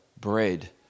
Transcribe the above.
bread